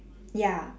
ya